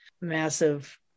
massive